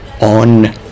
on